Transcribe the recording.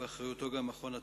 שבאחריותו גם מכון התקנים.